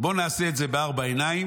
בואו נעשה את זה בארבע עיניים,